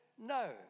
No